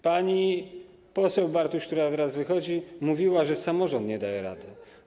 Pani poseł Bartuś, która teraz wychodzi, mówiła, że samorząd nie daje rady.